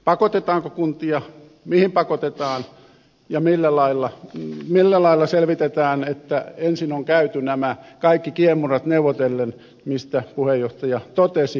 pakotetaanko kuntia mihin pakotetaan ja millä lailla selvitetään että ensin on käyty nämä kaikki kiemurat neuvotellen mistä puheenjohtaja totesi